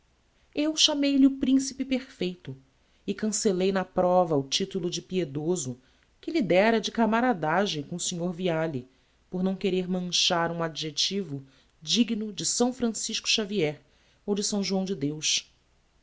eu chamei-lhe o principe perfeito e cancellei na prova o titulo de piedoso que lhe dera de camaradagem com o snr viale por não querer manchar um adjectivo digno de s francisco xavier ou de s joão de deus